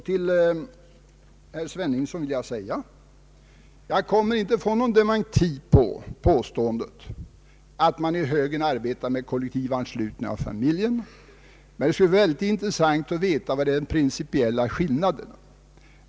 Till herr Sveningsson vill jag säga att jag inte kommer att få någon dementi på påståendet att man inom hans parti arbetar med kollektivanslutning av familjen. Det skulle emellertid vara intressant att få höra hans åsikt om den principiella skillnaden.